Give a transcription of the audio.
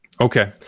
Okay